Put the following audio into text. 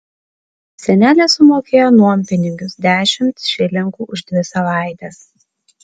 senelė sumokėjo nuompinigius dešimt šilingų už dvi savaites